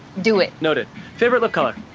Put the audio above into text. do it. noted. favorite lip color?